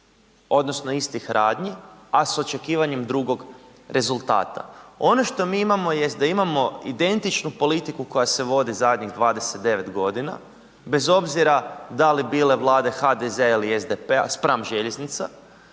odnosno istih radnji, a s očekivanjem drugog rezultata. Ono što mi imamo jest da imamo identičnu politiku koja se vodi zadnjih 29 godina bez obzira da li bile vlade HDZ-a ili SDP-a spram željeznica,